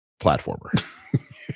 platformer